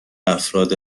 افراد